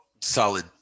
solid